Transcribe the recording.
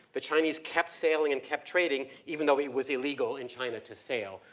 the chinese kept sailing and kept trading even though it was illegal in china to sail.